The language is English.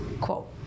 quote